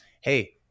hey